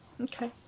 Okay